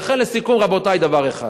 לכן, רבותי, לסיכום, דבר אחד: